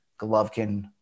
Golovkin